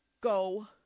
go